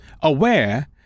aware